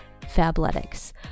Fabletics